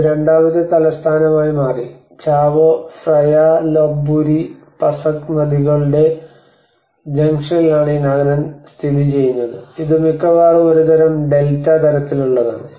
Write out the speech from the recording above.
ഇത് രണ്ടാമത്തെ തലസ്ഥാനമായി മാറി ചാവോ ഫ്രയ ലോപ്ബുരി പസക് നദികളുടെ ജംഗ്ഷനിലാണ് ഈ നഗരം സ്ഥിതിചെയ്യുന്നത് ഇത് മിക്കവാറും ഒരുതരം ഡെൽറ്റ തരത്തിലുള്ളതാണ്